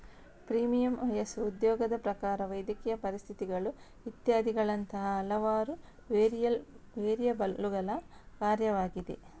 premium ವಯಸ್ಸು, ಉದ್ಯೋಗದ ಪ್ರಕಾರ, ವೈದ್ಯಕೀಯ ಪರಿಸ್ಥಿತಿಗಳು ಇತ್ಯಾದಿಗಳಂತಹ ಹಲವಾರು ವೇರಿಯಬಲ್ಲುಗಳ ಕಾರ್ಯವಾಗಿದೆ